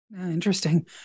Interesting